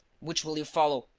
which will you follow?